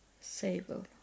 sable